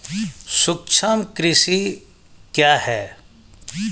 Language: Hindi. सूक्ष्म कृषि क्या है?